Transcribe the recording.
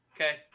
Okay